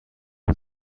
was